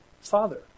Father